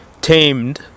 tamed